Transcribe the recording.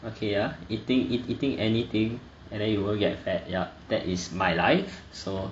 okay ya eating eating anything and then you won't get fat ya that is my life so